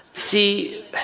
See